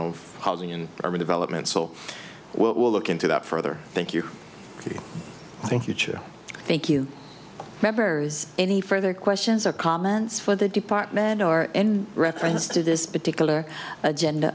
of housing and urban development so we'll look into that further thank you thank you chief thank you members any further questions or comments for the department or any reference to this particular agenda